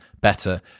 better